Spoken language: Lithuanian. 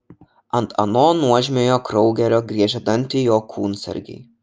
ant ano nuožmiojo kraugerio griežia dantį jo kūnsargiai